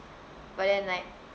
but then like